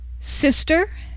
sister